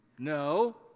No